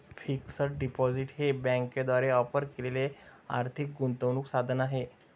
fixed deposit हे बँकांद्वारे offer केलेले आर्थिक गुंतवणूक साधन आहे